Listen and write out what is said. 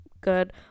good